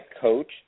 coach